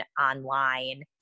online